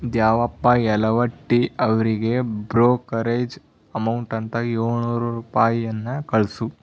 ದ್ಯಾವಪ್ಪ ಯಲವಟ್ಟಿ ಅವರಿಗೆ brokerage amount ಅಂತ ಏಳುನೂರು ರೂಪಾಯಿಯನ್ನು ಕಳಿಸು